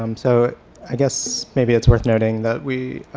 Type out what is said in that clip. um so i guess maybe it's worth noting that we,